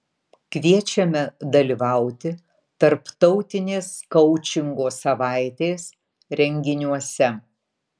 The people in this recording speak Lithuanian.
kviečiame dalyvauti tarptautinės koučingo savaitės renginiuose